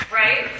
right